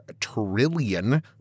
trillion